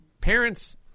parents